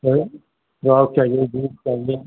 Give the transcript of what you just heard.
बड़े फ्रॉक चाहिए बूट चाहिए